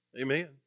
Amen